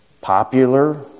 popular